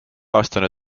aastane